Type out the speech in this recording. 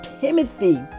Timothy